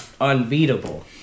unbeatable